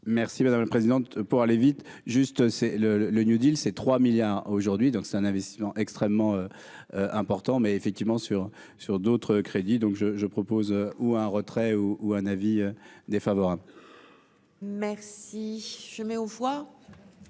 Merci madame la présidente, pour aller vite, juste, c'est le le le New Deal, ces 3 milliards aujourd'hui, donc c'est un investissement extrêmement important mais effectivement sur sur d'autres crédits, donc je je propose ou un retrait ou un avis défavorable. Merci, je mets aux voix